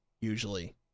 usually